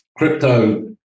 Crypto